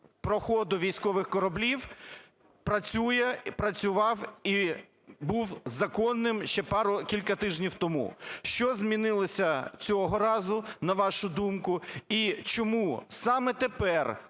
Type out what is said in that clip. проходу військових кораблів працює, працював і був законним ще пару… кілька тижнів тому. Що змінилося цього разу, на вашу думку, і чому саме тепер,